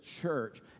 church